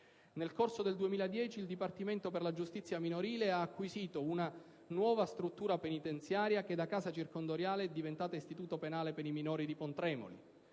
Nel corso del 2010 il Dipartimento per la giustizia minorile ha acquisito una nuova struttura penitenziaria che da casa circondariale è diventata Istituto penale per i minori di Pontremoli.